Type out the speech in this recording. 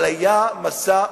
אבל היה משא-ומתן.